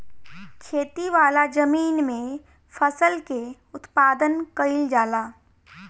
खेती वाला जमीन में फसल के उत्पादन कईल जाला